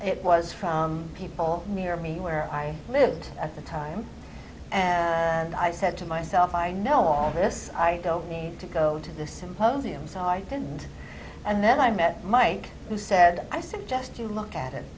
it was from people near me where i lived at the time and i said to myself i know all this i don't need to go to the symposium so i didn't and then i met mike who said i suggest you look at it